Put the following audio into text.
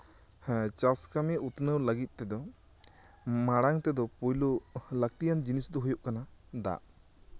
ᱦᱮᱸ ᱪᱟᱥ ᱠᱟᱹᱢᱤ ᱩᱛᱱᱟᱹᱣ ᱞᱟᱹᱜᱤᱫ ᱛᱮᱫᱚ ᱢᱟᱲᱟᱝ ᱛᱮᱫᱚ ᱯᱳᱭᱞᱳ ᱞᱟᱠᱛᱤᱭᱟᱱ ᱡᱤᱱᱤᱥ ᱫᱚ ᱦᱩᱭᱩᱜ ᱠᱟᱱᱟ ᱫᱟᱜ